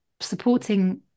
supporting